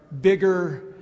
bigger